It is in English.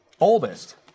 oldest